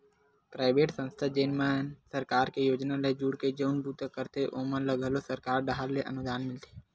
private संस्था जेन मन सरकार के योजना ले जुड़के जउन बूता करथे ओमन ल घलो सरकार डाहर ले अनुदान मिलथे